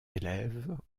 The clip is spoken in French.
élèves